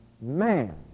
man